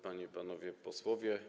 Panie i Panowie Posłowie!